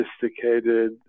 sophisticated